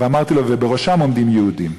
ואמרתי לו: ובראשן עומדים יהודים.